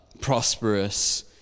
prosperous